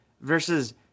versus